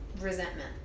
resentment